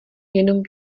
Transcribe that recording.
jenom